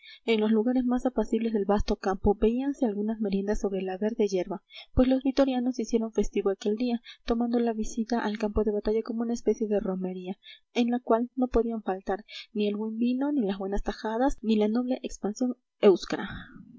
en los lugares más apacibles del vasto campo veíanse algunas meriendas sobre la verde yerba pues los vitorianos hicieron festivo aquel día tomando la visita al campo de batalla como una especie de romería en la cual no podían faltar ni el buen vino ni las buenas tajadas ni la noble expansión